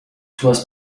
published